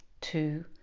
two